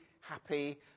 happy